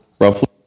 Roughly